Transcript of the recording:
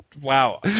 wow